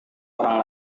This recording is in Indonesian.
orang